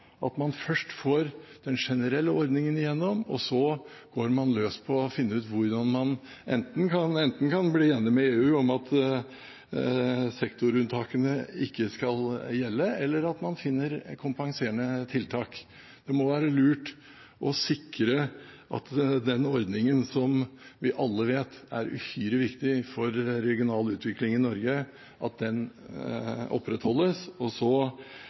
at man først får den generelle ordningen gjennom, og at man så går løs på å finne ut enten hvordan man kan bli enig med EU om at sektorunntakene ikke skal gjelde, eller at man kan finne kompenserende tiltak. Det må være lurt å sikre at den ordningen som vi alle vet er uhyre viktig for regional utvikling i Norge,